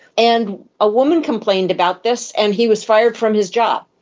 and a woman complained about this and he was fired from his job.